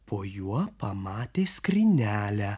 po juo pamatė skrynelę